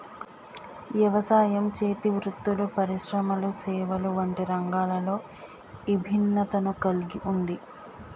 యవసాయం, చేతి వృత్తులు పరిశ్రమలు సేవలు వంటి రంగాలలో ఇభిన్నతను కల్గి ఉంది